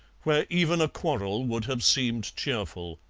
where even a quarrel would have seemed cheerful.